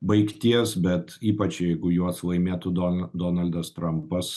baigties bet ypač jeigu juos laimėtų don donaldas trampas